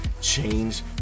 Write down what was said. Change